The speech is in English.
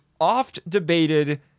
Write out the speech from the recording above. oft-debated